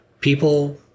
people